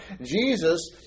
Jesus